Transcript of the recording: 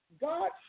God